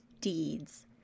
deeds